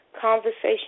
conversation